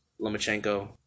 Lomachenko